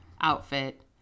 outfit